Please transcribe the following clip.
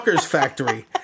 Factory